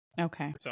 Okay